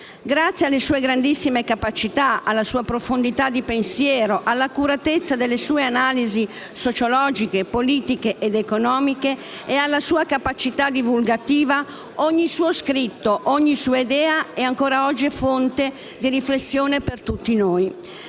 Grazie alle sue grandissime capacità, alla sua profondità di pensiero, all'accuratezza delle sue analisi sociologiche, politiche ed economiche, e alla sua capacità divulgativa, ogni suo scritto, ogni sua idea è ancora oggi fonte di riflessione per tutti noi.